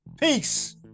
Peace